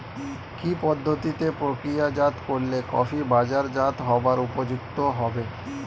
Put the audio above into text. কি পদ্ধতিতে প্রক্রিয়াজাত করলে কফি বাজারজাত হবার উপযুক্ত হবে?